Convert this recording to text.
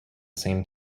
same